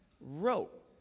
wrote